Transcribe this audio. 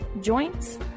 joints